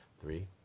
Three